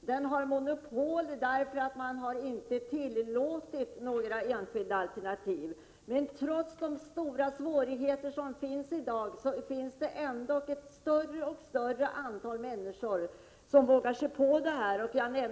Den har monopol därför att man inte har tillåtit några enskilda alternativ. Trots de stora svårigheterna i dag finns ändå ett allt större antal människor som vågar sig på egna